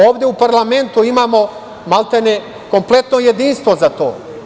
Ovde u parlamentu imamo maltene kompletno jedinstvo za to.